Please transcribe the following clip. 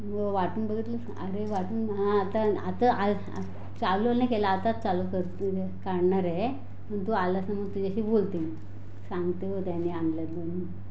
वाटून बघितलंस नं अरे वाटून हां आता आता आज हां चालू नाही केला आताच चालू करून पाहणार आहे पण तू आलास मग तुझ्याशी बोलते मी सांगते त्यांनी आणला आहे म्हणून